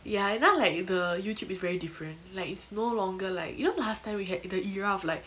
ya now like the youtube is very different like it's no longer like you know last time we had the era of like